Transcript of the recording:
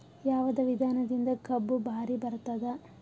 ಯಾವದ ವಿಧಾನದಿಂದ ಕಬ್ಬು ಭಾರಿ ಬರತ್ತಾದ?